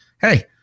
hey